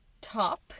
top